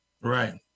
Right